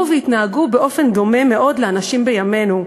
והתנהגו באופן דומה מאוד לאנשים בימינו.